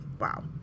Wow